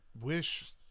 wish